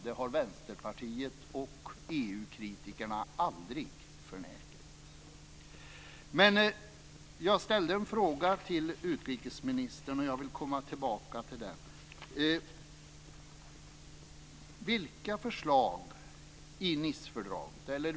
Det har Vänsterpartiet och EU-kritikerna aldrig förnekat. Jag ställde en fråga till utrikesministern, och jag vill komma tillbaka till den.